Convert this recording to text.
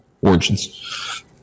origins